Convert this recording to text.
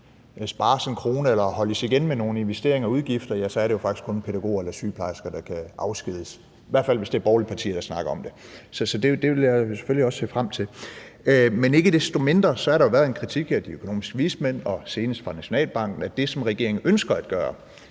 som en krone eller holdes igen med nogen investeringer eller udgifter, ja, så er det jo faktisk kun pædagoger eller sygeplejersker, der kan afskediges – i hvert fald hvis det er borgerlige partier, der snakker om det. Så det vil jeg selvfølgelig også se frem til. Men ikke desto mindre har der jo været en kritik fra de økonomiske vismænd og senest fra Nationalbanken af det, som regeringen ønsker at gøre.